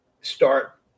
start